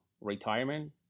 retirement